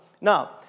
Now